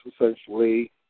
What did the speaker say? essentially